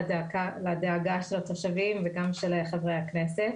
לדאגה של התושבים ושל חברי הכנסת.